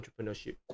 entrepreneurship